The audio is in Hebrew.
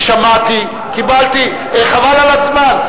יש שיקול, שמעתי, קיבלתי, חבל על הזמן.